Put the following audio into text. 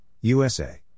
USA